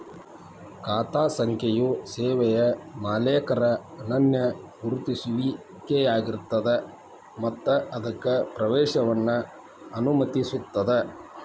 ಖಾತಾ ಸಂಖ್ಯೆಯು ಸೇವೆಯ ಮಾಲೇಕರ ಅನನ್ಯ ಗುರುತಿಸುವಿಕೆಯಾಗಿರ್ತದ ಮತ್ತ ಅದಕ್ಕ ಪ್ರವೇಶವನ್ನ ಅನುಮತಿಸುತ್ತದ